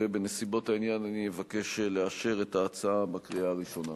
בנסיבות העניין אני אבקש לאשר את ההצעה בקריאה הראשונה.